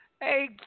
Hey